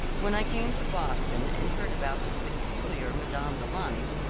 when i came to boston, and heard about this peculiar madame du launy,